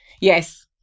Yes